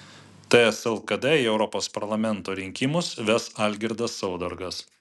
ts lkd į europos parlamento rinkimus ves algirdas saudargas